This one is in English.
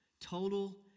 Total